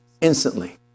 instantly